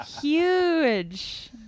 huge